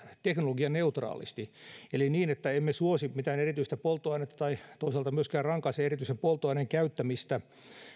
teknologianeutraalisti eli niin että emme suosi mitään erityistä polttoainetta tai toisaalta myöskään rankaise erityisen polttoaineen käyttämistä